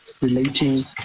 relating